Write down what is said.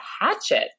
hatchet